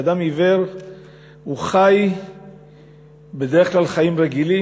אדם עיוור חי בדרך כלל חיים רגילים.